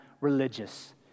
religious